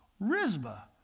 Rizba